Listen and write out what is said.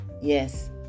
Yes